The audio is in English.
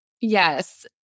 Yes